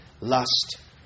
lust